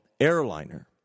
airliner